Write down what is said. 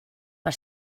per